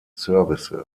services